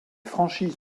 franchises